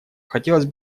хотелось